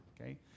okay